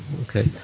Okay